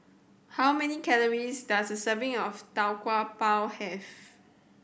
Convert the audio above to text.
how many calories does a serving of Tau Kwa Pau have